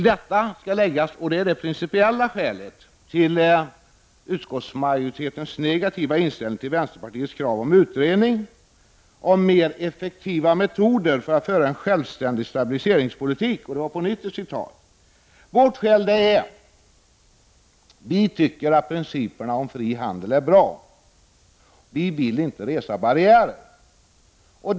Det principiella skälet till utskottsmajoritetens negativa inställning till vänsterpartiets krav på utredning om ”mer effektiva metoder för att föra en självständig stabiliseringspolitik” är att vi tycker att principerna om fri handel är bra. Vi vill inte resa barriärer.